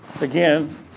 Again